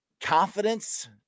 confidence